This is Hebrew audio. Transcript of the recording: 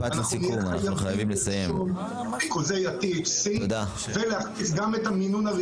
חייבים להגדיר בתקנות מה המינון